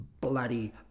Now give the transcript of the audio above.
bloody